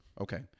Okay